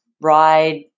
ride